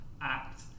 act